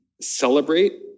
celebrate